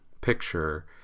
picture